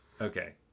Okay